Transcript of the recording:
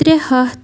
ترٛےٚ ہَتھ